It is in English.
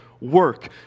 work